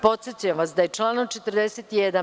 Podsećam vas da je članom 41.